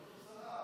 התוצאה,